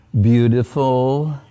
beautiful